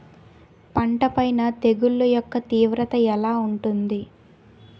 పంట పైన తెగుళ్లు యెక్క తీవ్రత ఎలా ఉంటుంది